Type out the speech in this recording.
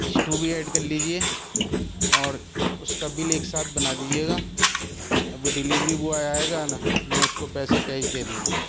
stew بھی add کر لیجیے اور اس کا بل ایک ساتھ بنا دیجیے گا ابھی ڈلیوری بوائے آئے گا نا تو میں اس کو پیسے کیش دے دوں گا